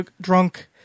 drunk